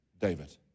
David